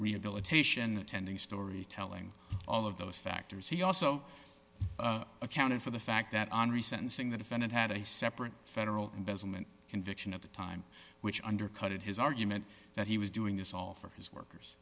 rehabilitation attending storytelling all of those factors he also accounted for the fact that henri sentencing the defendant had a separate federal investment conviction at the time which undercut his argument that he was doing this all for his workers